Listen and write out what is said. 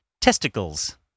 Testicles